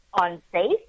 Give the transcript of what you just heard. unsafe